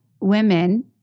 women